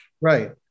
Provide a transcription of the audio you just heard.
right